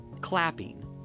clapping